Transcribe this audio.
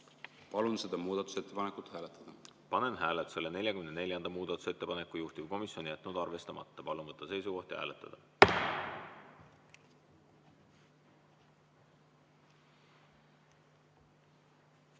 Palun seda muudatusettepanekut hääletada. Panen hääletusele 44. muudatusettepaneku. Juhtivkomisjon on jätnud arvestamata. Palun võtta seisukoht ja hääletada!